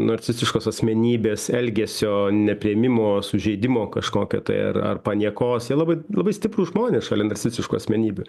narcistiškos asmenybės elgesio nepriėmimo sužeidimo kažkokio tai ar ar paniekos jie labai labai stiprūs žmonės šalia narcistiškų asmenybių